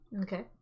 Okay